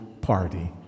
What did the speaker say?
party